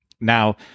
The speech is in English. Now